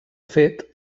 fet